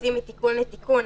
עוצרים מתיקון לתיקון,